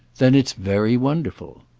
then it's very wonderful.